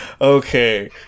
Okay